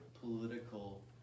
political